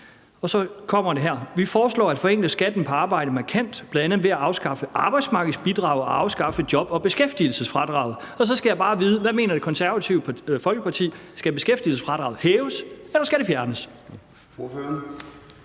Vi foreslår at forenkle skatten på arbejde markant, bl.a. ved at afskaffe arbejdsmarkedsbidraget og afskaffe job- og beskæftigelsesfradraget. Så skal jeg bare vide: Hvad mener Det Konservative Folkeparti? Skal beskæftigelsesfradraget hæves, eller skal det fjernes?